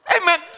Amen